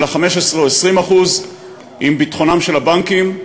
אלא 15% או 20% עם ביטחונם של הבנקים,